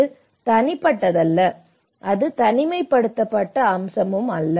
அது தனிப்பட்டதல்ல அது தனிமைப்படுத்தப்பட்ட அம்சம் அல்ல